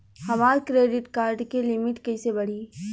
हमार credit card के limit कइसे बढ़ी?